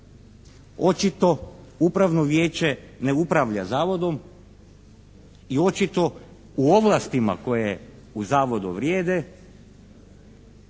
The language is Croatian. Očito upravno vijeće ne upravlja zavodom i očito u ovlastima koje u zavodu vrijede